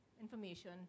information